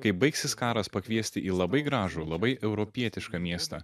kai baigsis karas pakviesti į labai gražų labai europietišką miestą